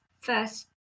first